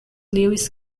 lewis